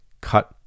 cut